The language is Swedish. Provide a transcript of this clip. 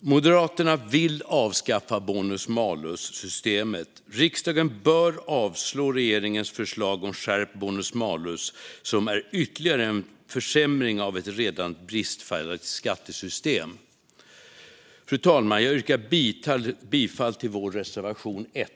Moderaterna vill avskaffa bonus malus-systemet. Riksdagen bör avslå regeringens förslag om skärpt bonus malus, som är ytterligare en försämring av ett redan bristfälligt skattesystem. Fru talman! Jag yrkar bifall till vår reservation 1.